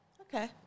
Okay